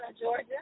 Georgia